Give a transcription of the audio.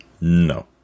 No